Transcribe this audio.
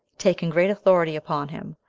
taking great authority upon him,